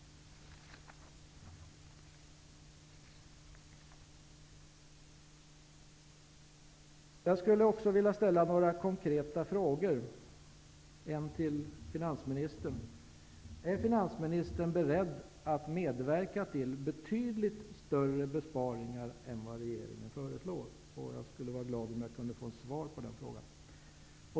Jag skulle vilja ställa några konkreta frågor. Till finansministern: Är finansministern beredd att medverka till betydligt större besparingar än vad regeringen nu föreslår? Jag skulle vara glad om jag kunde få svar på den frågan.